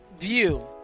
View